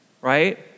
right